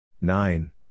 Nine